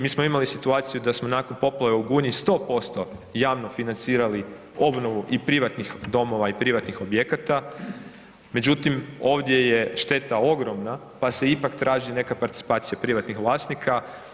Mi smo imali situaciju da smo nakon poplave u Gunji 100% javno financirali obnovu i privatnih domova i privatnih objekata, međutim, ovdje je šteta ogromna pa se ipak traži neka participacija privatnih vlasnika.